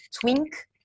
Twink